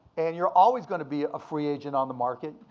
and you're always gonna be a free agent on the market.